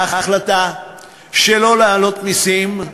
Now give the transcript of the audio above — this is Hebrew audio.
ההחלטה שלא להעלות מסים תביא,